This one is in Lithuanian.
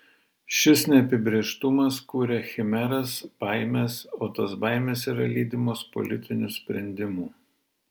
šis neapibrėžtumas kuria chimeras baimes o tos baimės yra lydimos politinių sprendimų